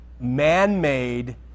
man-made